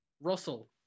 Russell